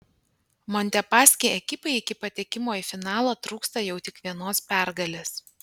montepaschi ekipai iki patekimo į finalą trūksta jau tik vienos pergalės